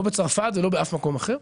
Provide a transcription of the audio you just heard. לא בצרפת ולא באף מקום אחר.